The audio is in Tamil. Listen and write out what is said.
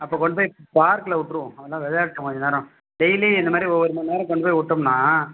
அப்போ கொண்டு போய் பார்க்கில் விட்ருவோம் அவங்களாம் விளையாடட்டும் கொஞ்சம் நேரம் டெய்லியும் இந்த மாதிரி ஒவ்வொரு மணிநேரம் கொண்டு போய் விட்டம்ன்னா